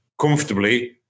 comfortably